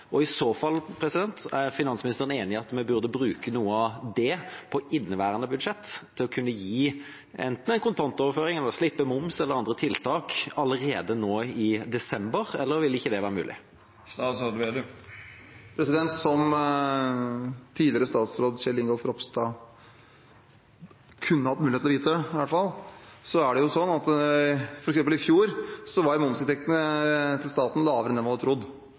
Og i så fall: Er finansministeren enig i at vi burde bruke noe av det på inneværende budsjett til å kunne gi enten en kontantoverføring eller slippe moms, eller andre tiltak allerede nå i desember? Eller vil ikke det være mulig? Som tidligere statsråd Kjell Ingolf Ropstad i hvert fall kunne hatt mulighet til å vite, er det jo sånn at f.eks. i fjor var momsinntektene til staten lavere enn man hadde trodd,